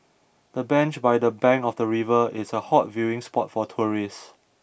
the bench by the bank of the river is a hot viewing spot for tourists